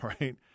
right